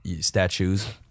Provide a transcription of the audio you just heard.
statues